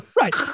Right